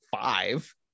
five